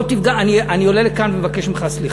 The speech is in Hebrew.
אם לא תפגע, אני עולה לכאן ומבקש ממך סליחה.